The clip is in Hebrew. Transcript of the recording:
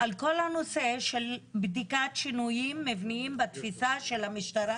על כל הנושא של בדיקת שינויים מבניים בתפיסה של המשטרה,